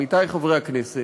עמיתי חברי הכנסת,